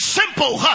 simple